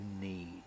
need